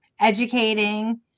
Educating